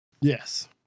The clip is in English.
Yes